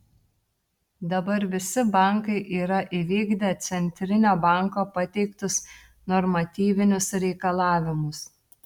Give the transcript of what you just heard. dabar visi bankai yra įvykdę centrinio banko pateiktus normatyvinius reikalavimus